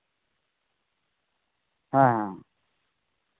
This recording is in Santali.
ᱦᱮᱸ ᱦᱮᱸ